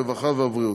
הרווחה והבריאות.